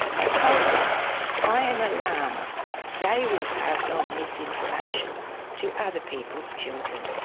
i told them i am alarmed they will pass on misinformation to other people's children.